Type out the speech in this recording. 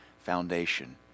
foundation